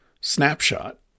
snapshot